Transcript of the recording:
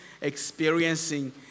experiencing